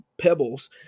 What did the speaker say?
pebbles